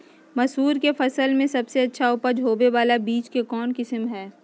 मसूर के फसल में सबसे अच्छा उपज होबे बाला बीज के कौन किस्म हय?